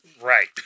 Right